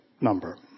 number